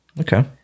Okay